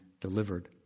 delivered